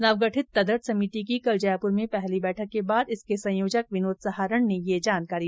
नवगठित तदर्थ समिति की कल जयपुर में पहली बैठक के बाद इसके संयोजक विनोद सहारण ने ये जानकारी दी